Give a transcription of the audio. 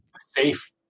Safe